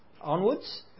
onwards